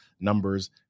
numbers